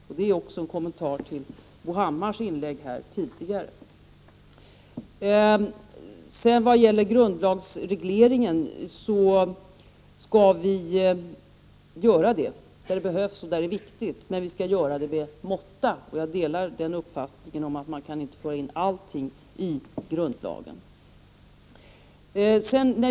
— Detta var också en kommentar till Bo Hammars tidigare inlägg. Grundlagsregleringar skall vi göra där det behövs och där det är viktigt, men vi skall göra det med måtta. Jag delar den uppfattningen att man inte kan föra in allting i grundlagen.